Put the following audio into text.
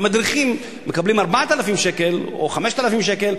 והמדריכים מקבלים 4,000 שקל או 5,000 שקל,